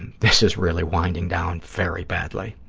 and this is really winding down very badly.